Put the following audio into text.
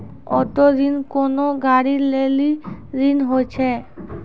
auto ऋण कोनो गाड़ी लै लेली ऋण होय छै